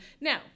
Now